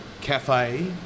cafe